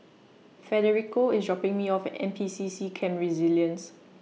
Federico IS dropping Me off At N P C C Camp Resilience